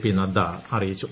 P Nadda അറിയിച്ചു